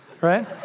right